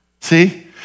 See